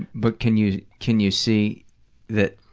but can you can you see that